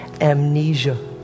amnesia